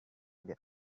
their